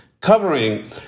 covering